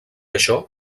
això